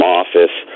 office